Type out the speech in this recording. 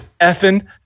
effing